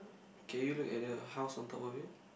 can you look at the house on top of you